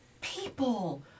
people